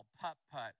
putt-putt